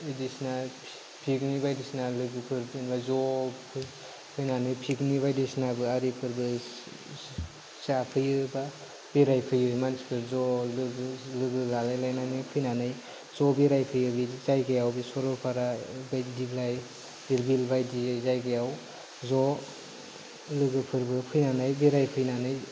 बायदिसिना पिकनिक बायदिसिना लोगोफोर जेनेबा ज' फैनानै पिकनिक बायदिसिनाबो आरिफोरबो जाफैयो एबा बेरायफैयो मानसिफोर ज' ज' लोगो लालायलायनानै फैनानै ज' बेरायफैयो बिदि जायगायाव बे सरलपारा बे दिप्लाय धिरबिल बायदि जायगायाव ज' लोगोफोरबो फैनानै बेरायफैनानै